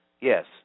yes